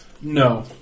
No